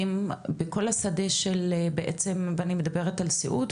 בכל השדה של בעצם ואני מדברת על סיעוד,